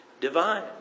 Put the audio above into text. divine